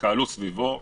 הייתה סביבו התקהלות,